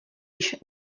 již